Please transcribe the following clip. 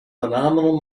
phenomenal